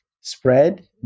spread